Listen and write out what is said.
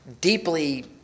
deeply